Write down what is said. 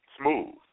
smooth